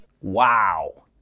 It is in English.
Wow